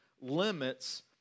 limits